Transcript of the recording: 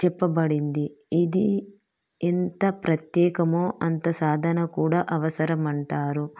చెప్పబడింది ఇది ఎంత ప్రత్యేకమో అంత సాధన కూడా అవసరం అంటారు